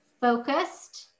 focused